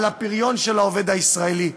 על הפריון של העובד הישראלי,